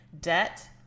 debt